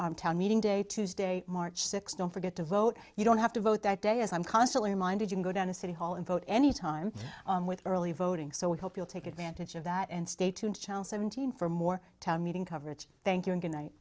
d town meeting day tuesday march sixth don't forget to vote you don't have to vote that day as i'm constantly reminded you go down to city hall and vote any time with early voting so we hope you'll take advantage of that and stay tuned child seventeen for more town meeting coverage thank you and